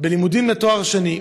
בלימודים לתואר שני.